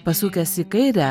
pasukęs į kairę